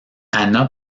anna